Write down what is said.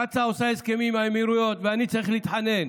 קצ"א עושה הסכמים עם האמירויות ואני צריך להתחנן?